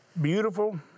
beautiful